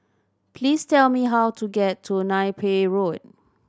please tell me how to get to Napier Road